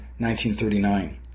1939